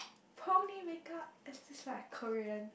Pony make up is this like Korean